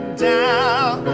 down